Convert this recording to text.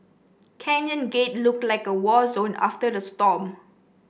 Canyon Gate looked like a war zone after the storm